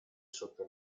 sotto